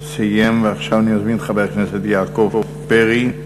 אני מזמין את חבר הכנסת יעקב פרי.